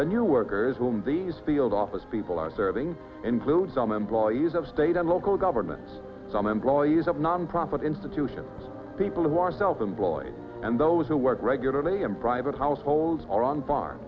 new workers when these field office people are serving include some employees of state and local governments some employees of nonprofit institutions people who are self employed and those who work regularly in private households or on farm